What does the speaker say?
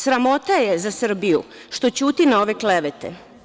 Sramota je za Srbiju što ćuti na ove klevete.